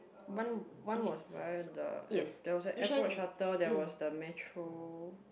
one one was there was the airport shuttle there was the metro